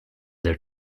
their